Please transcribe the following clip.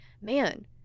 man